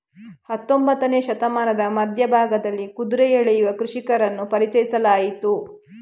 ಹತ್ತೊಂಬತ್ತನೇ ಶತಮಾನದ ಮಧ್ಯ ಭಾಗದಲ್ಲಿ ಕುದುರೆ ಎಳೆಯುವ ಕೃಷಿಕರನ್ನು ಪರಿಚಯಿಸಲಾಯಿತು